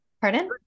pardon